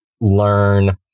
learn